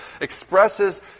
expresses